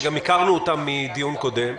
שגם הכרנו אותם מדיון קודם,